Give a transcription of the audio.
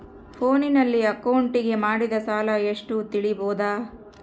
ಫೋನಿನಲ್ಲಿ ಅಕೌಂಟಿಗೆ ಮಾಡಿದ ಸಾಲ ಎಷ್ಟು ತಿಳೇಬೋದ?